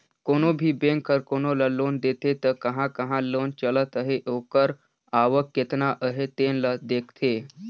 कोनो भी बेंक हर कोनो ल लोन देथे त कहां कहां लोन चलत अहे ओकर आवक केतना अहे तेन ल देखथे